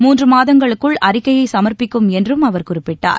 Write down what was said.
மூன்று மாதங்களுக்குள் அழிக்கையை சுமர்ப்பிக்கும் என்றும் அவர் குறிப்பிட்டார்